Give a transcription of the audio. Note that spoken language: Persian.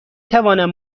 توانم